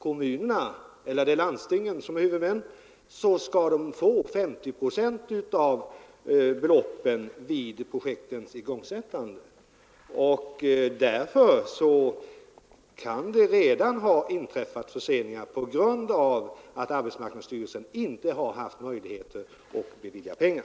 Kommunerna eller landstingen som är huvudmän skall få 50 procent av beloppen vid projektens igångsättande. Därför kan det redan ha inträffat förseningar på grund av att arbetsmarknadsstyrelsen inte har haft möjligheter att bevilja pengar.